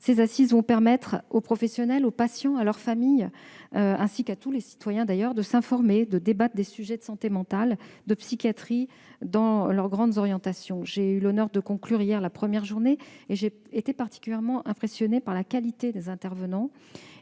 ces Assises vont permettre aux professionnels, aux patients, à leurs familles, ainsi qu'à tous les citoyens de s'informer et de débattre des sujets de santé mentale et de psychiatrie dans leurs grandes orientations. J'ai eu l'honneur de conclure hier la première journée de ces Assises. J'ai été particulièrement impressionnée par la qualité des intervenants